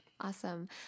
awesome